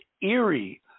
eerie